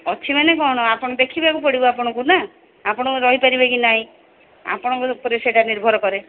ଅଛି ମାନେ କ'ଣ ଆପଣ ଦେଖିବାକୁ ପଡ଼ିବ ନା ଆପଣଙ୍କୁ ନା ଆପଣ ରହିପାରିବେ କି ନାହିଁ ଆପଣଙ୍କର ଉପରେ ସେଇଟା ନିର୍ଭର କରେ